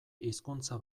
hizkuntza